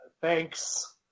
Thanks